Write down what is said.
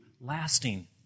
lasting